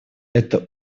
это